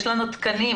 יש לנו תקנים,